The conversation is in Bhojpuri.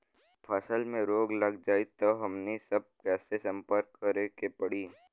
फसल में रोग लग जाई त हमनी सब कैसे संपर्क करें के पड़ी?